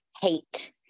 hate